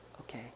okay